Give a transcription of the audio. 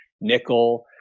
nickel